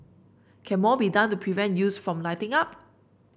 can more be done to prevent youths from lighting up